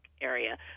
area